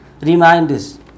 reminders